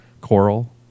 coral